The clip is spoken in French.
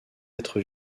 être